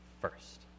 first